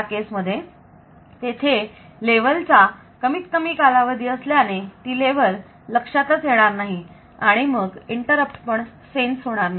त्या केसमध्ये तेथे लेव्हल चा कमीत कमी कालावधी असल्याने ती लेव्हल लक्षातच येणार नाही आणि मग इंटरप्ट पण सेन्स होणार नाही